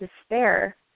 despair